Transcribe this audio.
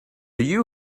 you